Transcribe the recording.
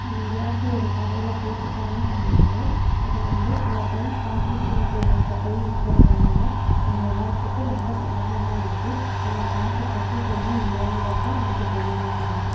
எங்கேயாச்சும் ஒரு கடையில் போய் ஸ்கேன் பண்ணாலும் அது வந்து சில டைம் ப்ராஸசிங் பேமெண்ட்டில் போய் நிற்கிறதுனால எங்கள் எல்லார்த்துக்கும் ரொம்ப சிரமமாக இருக்குது நம்ம காசு கட்டிட்டோமா இல்லையாங்கிறது நமக்கு தெரிய மாட்டேங்கிது